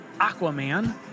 Aquaman